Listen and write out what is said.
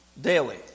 daily